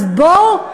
אז בואו,